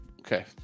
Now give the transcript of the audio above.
Okay